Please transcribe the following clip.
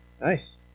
Nice